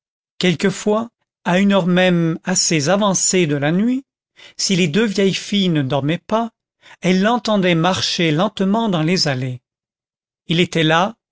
quelquefois à une heure même assez avancée de la nuit si les deux vieilles filles ne dormaient pas elles l'entendaient marcher lentement dans les allées il était là